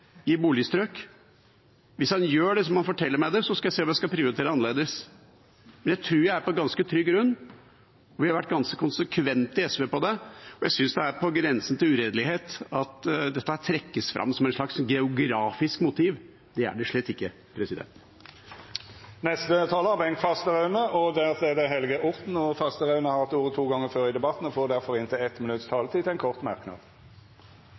i ÅDT, årsdøgntrafikk, i boligstrøk. Hvis han gjør det, må han fortelle meg det, så skal jeg se om jeg skal prioritere annerledes, men jeg tror jeg er på ganske trygg grunn. Vi i SV har vært ganske konsekvente på dette, og jeg synes det er på grensen til uredelig at dette trekkes fram som et slags geografisk motiv. Det er det slett ikke. Representanten Bengt Fasteraune har hatt ordet to gonger tidlegare i debatten og får ordet til ein kort merknad, avgrensa til 1 minutt. I denne debatten